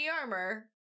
armor